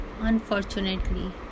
unfortunately